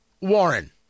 Warren